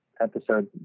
episode